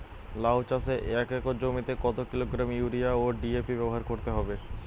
লাউ চাষে এক একর জমিতে কত কিলোগ্রাম ইউরিয়া ও ডি.এ.পি ব্যবহার করতে হবে?